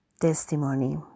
testimony